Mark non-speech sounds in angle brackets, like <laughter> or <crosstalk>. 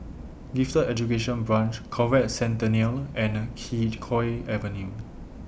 Gifted Education Branch Conrad Centennial and Kee <noise> Choe Avenue